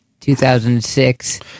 2006